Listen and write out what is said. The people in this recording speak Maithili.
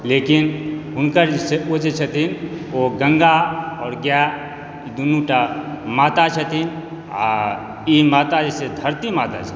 लेकिन हुनकर ओ जे छथिन ओ गङ्गा आओर गाय दूनूटा माता छथिन आओर ई माता जे छथिन धरती माता छथिन